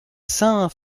saints